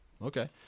Okay